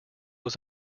was